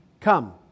come